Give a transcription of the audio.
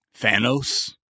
Thanos